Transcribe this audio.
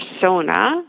persona